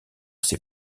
ces